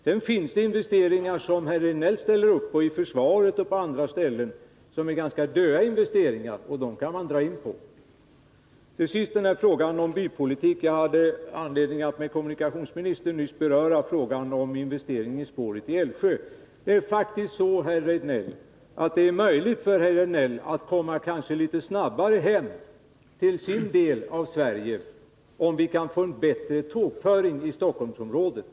Sedan finns det investeringar som herr Rejdnell ställer upp på, inom försvaret och på andra ställen, men som är ganska döda investeringar, och dem kan man dra in på. Till sist frågan om bypolitik. Jag hade anledning att med kommunikationsministern nyss beröra frågan om investering i spåret i Älvsjö. Det är faktiskt så, herr Rejdnell, att det kanske blir möjligt för herr Rejdnell att komma litet snabbare hem till sin del av Sverige, om vi får en bättre tågföring i Stockholmsområdet.